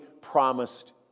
promised